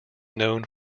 known